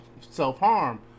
self-harm